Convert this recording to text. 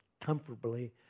comfortably